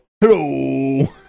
hello